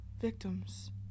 Victims